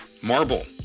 marble